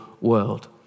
world